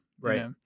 right